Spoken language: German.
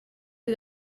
sie